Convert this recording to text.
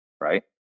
right